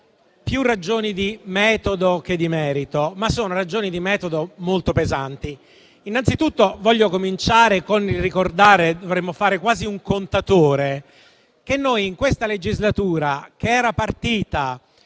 più di metodo che di merito, ma molto pesanti. Innanzitutto voglio cominciare con il ricordare - dovremmo fare quasi un contatore - che noi, in questa legislatura, che era partita